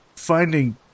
finding